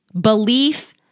belief